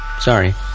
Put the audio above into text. Sorry